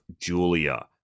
Julia